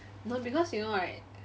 no because you know right